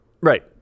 right